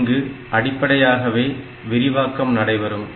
இங்கு அடிப்படையாகவே விரிவாக்கம் நடைபெறும்